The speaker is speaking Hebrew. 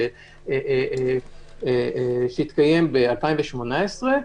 שהתקיים ב-2018,